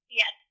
yes